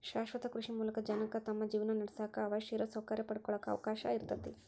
ಶಾಶ್ವತ ಕೃಷಿ ಮೂಲಕ ಜನಕ್ಕ ತಮ್ಮ ಜೇವನಾನಡ್ಸಾಕ ಅವಶ್ಯಿರೋ ಸೌಕರ್ಯ ಪಡ್ಕೊಳಾಕ ಅವಕಾಶ ಇರ್ತೇತಿ